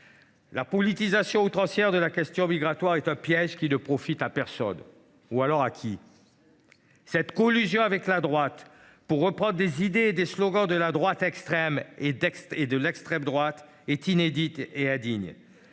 La politisation outrancière de la question migratoire est un piège qui ne profite à personne ; sinon, à qui ? Cette collusion entre le Gouvernement et la droite pour reprendre des idées et des slogans de la droite extrême et de l’extrême droite est inédite et indigne.